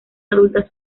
adultas